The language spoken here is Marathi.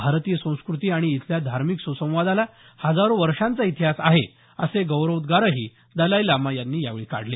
भारतीय संस्कृती आणि इथल्या धार्मिक सुसंवादाला हजारो वर्षांचा इतिहास आहे असे गौरवोद्गर दलाई लामा यांनी यावेळी काढले